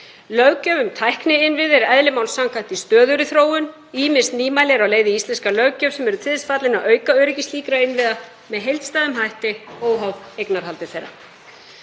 Löggjöf um tækniinnviði er eðli máls samkvæmt í stöðugri þróun. Ýmis nýmæli eru á leið í íslenska löggjöf sem eru til þess fallin að auka öryggi slíkra innviða með heildstæðum hætti óháð eignarhaldi þeirra.